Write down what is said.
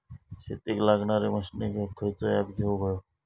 शेतीक लागणारे मशीनी घेवक खयचो ऍप घेवक होयो?